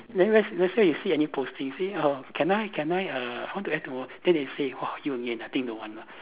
then let's let's say you see any postings you say err can I can I err I want to act tomorrow then they say !wah! you again I think don't want lah